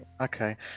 okay